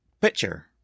picture